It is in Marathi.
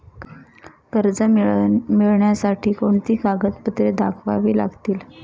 कर्ज मिळण्यासाठी कोणती कागदपत्रे दाखवावी लागतील?